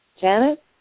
Janet